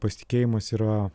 pasitikėjimas yra